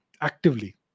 actively